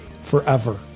forever